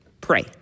Pray